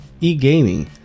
e-gaming